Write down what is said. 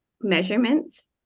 measurements